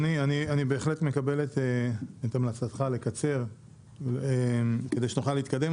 אני בהחלט מקבל את המלצתך לקצר כדי שנוכל להתקדם,